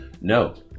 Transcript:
no